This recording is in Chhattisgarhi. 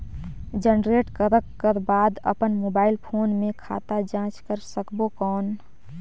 जनरेट करक कर बाद अपन मोबाइल फोन मे खाता जांच कर सकबो कौन?